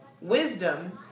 wisdom